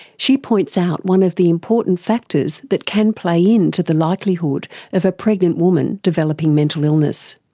she points out one of the important factors that can play into the likelihood of a pregnant woman developing mental illness.